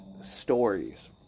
stories